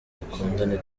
dukundane